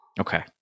Okay